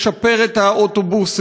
לשפר את האוטובוסים,